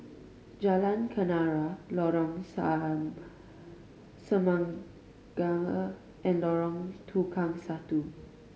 Jalan Kenarah Lorong Semangka and Lorong Tukang Satu